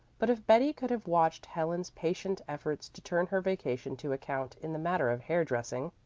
but if betty could have watched helen's patient efforts to turn her vacation to account in the matter of hair-dressing,